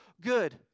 good